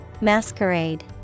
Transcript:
Masquerade